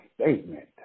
statement